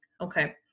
Okay